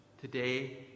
today